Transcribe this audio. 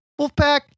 Wolfpack